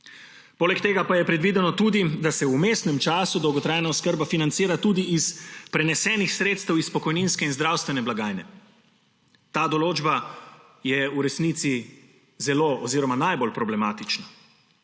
Poleg tega pa je predvideno tudi, da se v vmesnem času dolgotrajna oskrba financira tudi iz prenesenih sredstev iz pokojninske in zdravstvene blagajne. Ta določba je v resnici zelo oziroma najbolj problematična.